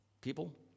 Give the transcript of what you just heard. people